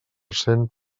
cent